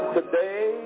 Today